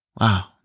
Wow